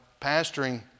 pastoring